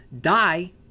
die